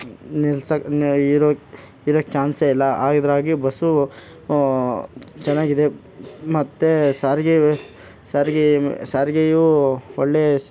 ನಿಲ್ಸೋಕ್ ನಿ ಇರೋ ಇರಕ್ಕೆ ಚಾನ್ಸೆ ಇಲ್ಲ ಆ ಇದ್ರಾಗೆ ಬಸ್ಸು ಚೆನ್ನಾಗಿದೆ ಮತ್ತು ಸಾರಿಗೆ ಸಾರಿಗೆ ಸಾರಿಗೆಯು ಒಳ್ಳೆ